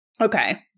okay